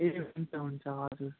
ए हुन्छ हुन्छ हजुर